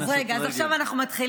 אז רגע, אז עכשיו אנחנו מתחילים.